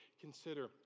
consider